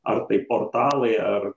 ar tai portalai ar